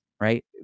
right